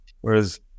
Whereas